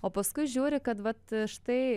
o paskui žiūri kad vat štai